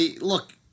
look